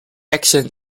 action